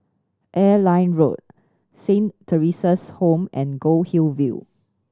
Airline Road Saint Theresa's Home and Goldhill View